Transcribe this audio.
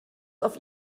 auf